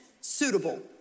suitable